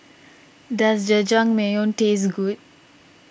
does Jajangmyeon taste good